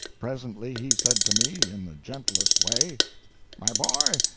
presently he said to me, in the gentlest way my boy,